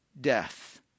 death